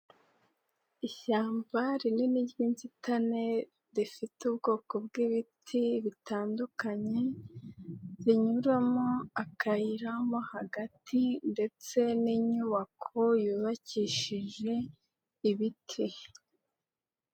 Ishyamba rinini ry'inzitane rifite ubwoko bw'ibiti bitandukanye, rinyuramo akayira mo hagati ndetse n'inyubako yubakishije ibiti.